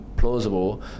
Plausible